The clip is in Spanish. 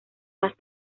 más